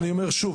אני אומר שוב,